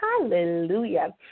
hallelujah